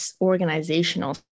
organizational